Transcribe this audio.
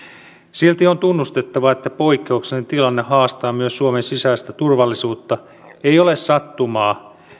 silti on tunnustettava että poikkeuksellinen tilanne haastaa myös suomen sisäistä turvallisuutta ei ole sattumaa